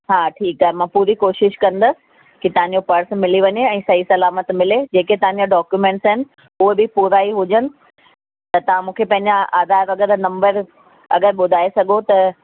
हा ठीकु आहे मां पूरी कोशिशि कंदसि की तव्हांजो पर्स मिली वञे ऐं सही सलामत मिले जेके तव्हांजा डॉक्यूमेंट्स आहिनि उहे बि पूरा ई हुजनि त तव्हां मूंखे पंहिंजा आधार वग़ैरह नंबर अगरि ॿुधाए सघो त